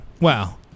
Wow